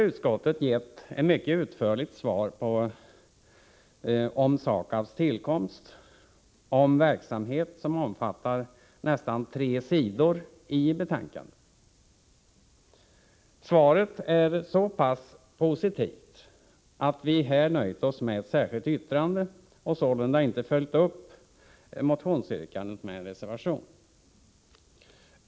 Utskottet har gett ett mycket utförligt svar om SAKAB:s tillkomst och verksamhet, nästan tre sidor i betänkandet. Svaret är så positivt att vi har nöjt oss med ett särskilt yttrande och sålunda inte följt upp motionsyrkandet i en reservation.